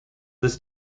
this